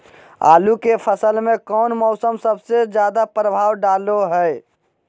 आलू के फसल में कौन मौसम सबसे ज्यादा प्रभाव डालो हय?